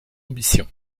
ambition